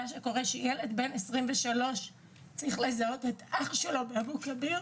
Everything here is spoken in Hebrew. כשילד בן שלוש צריך לזהות את אח שלו באבו-כביר,